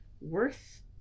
worth